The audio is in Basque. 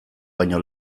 baino